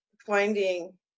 finding